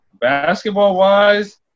basketball-wise